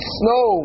snow